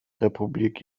republik